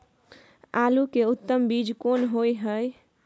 आलू के उत्तम बीज कोन होय है?